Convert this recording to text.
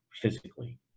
physically